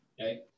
Okay